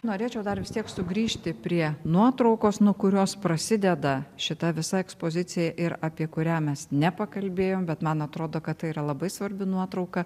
norėčiau dar vis tiek sugrįžti prie nuotraukos nuo kurios prasideda šita visa ekspozicija ir apie kurią mes nepakalbėjom bet man atrodo kad tai yra labai svarbi nuotrauka